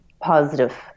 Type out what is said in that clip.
positive